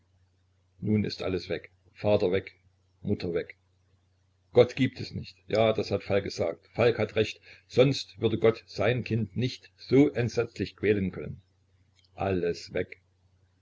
nun ist alles weg vater weg mutter weg gott gibt es nicht ja das hat falk gesagt falk hat recht sonst würde gott sein kind nicht so entsetzlich quälen können alles weg